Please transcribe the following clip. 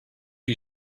you